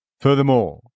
Furthermore